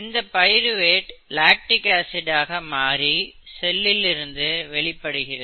இந்த pyruvate lactic acid ஆக மாறி செல்லில் இருந்து வெளிப்படுகிறது